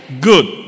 Good